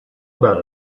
about